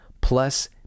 plus